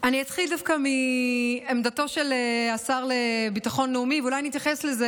אני אתחיל דווקא מעמדתו של השר לביטחון לאומי ואולי נתייחס לזה,